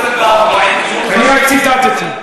אני רק ציטטתי.